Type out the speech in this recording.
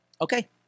Okay